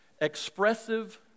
expressive